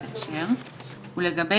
אני פותחת את הדיון,